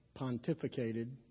pontificated